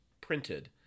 printed